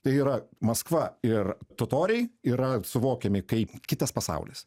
tai yra maskva ir totoriai yra suvokiami kaip kitas pasaulis